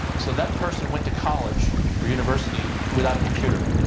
so that person went to college or university without a computer.